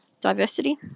diversity